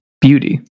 beauty